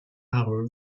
hour